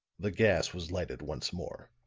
the gas was lighted once more.